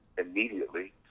immediately